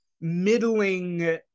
middling